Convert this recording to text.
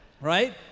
right